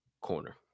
corner